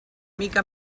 mica